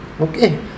okay